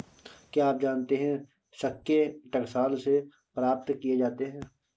क्या आप जानते है सिक्के टकसाल से प्राप्त किए जाते हैं